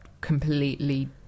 completely